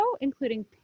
including